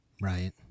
right